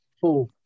Four